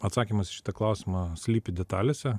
atsakymas į šitą klausimą slypi detalėse